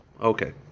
Okay